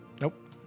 Nope